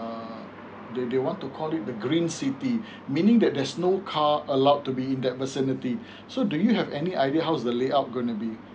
um they they want to call it the green city meaning that there's no car allowed to be in that vicinity so do you have any idea how is the layout gonna be